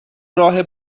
راه